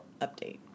update